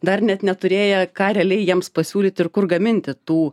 dar net neturėję ką realiai jiems pasiūlyt ir kur gaminti tų